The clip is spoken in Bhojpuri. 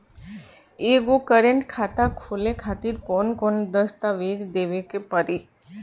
एगो करेंट खाता खोले खातिर कौन कौन दस्तावेज़ देवे के पड़ी?